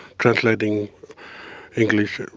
translating english,